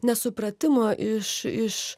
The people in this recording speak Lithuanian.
nesupratimo iš iš